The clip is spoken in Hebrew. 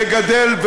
מגדל,